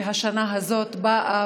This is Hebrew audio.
השנה הזאת באה